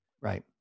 Right